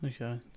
Okay